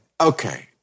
okay